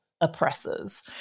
oppressors